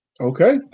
Okay